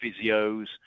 physios